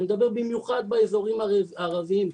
אני מדבר במיוחד באזורים הערביים.